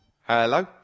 Hello